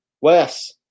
Wes